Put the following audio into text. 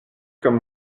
comme